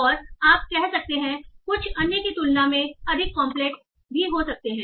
और आप कर सकते हैं कुछ अन्य की तुलना में अधिक कंपलेक्स हो सकते हैं